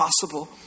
possible